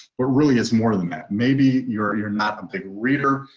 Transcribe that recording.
but really is more than that. maybe you're ah you're not a big reader,